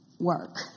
work